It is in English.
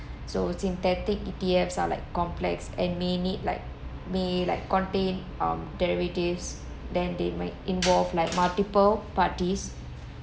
so synthetic E_T_F's are like complex and may need like may like contain um derivatives then they might involve like multiple parties